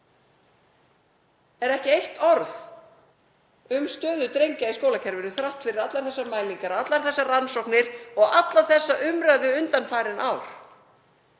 er ekki eitt orð um stöðu drengja í skólakerfinu þrátt fyrir allar þessar mælingar, allar þessar rannsóknir og alla þessa umræðu undanfarin ár,